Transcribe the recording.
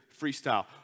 freestyle